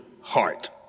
heart